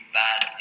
bad